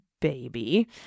baby